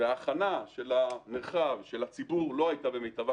וההכנה של המרחב ושל הציבור לא הייתה במיטבה,